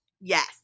Yes